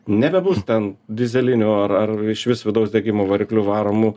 nebebus ten dyzelinių ar ar išvis vidaus degimo varikliu varomų